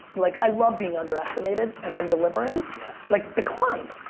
like i love being underestimated and then delivering. yes. like the climb.